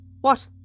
What